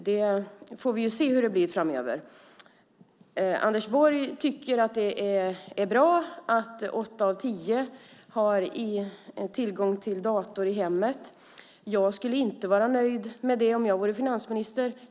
Vi får se hur det blir framöver. Anders Borg tycker att det är bra att åtta av tio har tillgång till dator i hemmet. Jag skulle inte vara nöjd med det om jag vore finansminister.